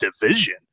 division